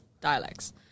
dialects